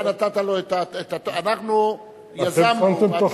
אנחנו יזמנו,